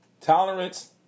Tolerance